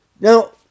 Now